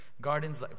Gardens